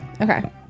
Okay